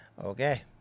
Okay